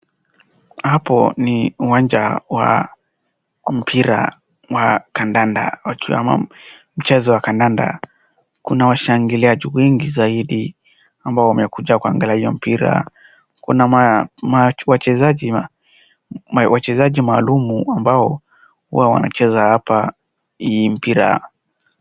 Hapo ni uwanja wa mpira wa kandanda mchezo wa kandanda. Kuna washangiliaji wengi zaidi ambao wamekuja kuangalia hio mpira. Kuna wachezaji maalumu ambao huwa wanacheza hapa hii mpira.